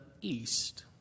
east